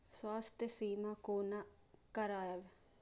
स्वास्थ्य सीमा कोना करायब?